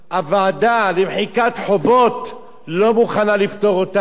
הוועדה למחיקת חובות לא מוכנה לפטור אותם.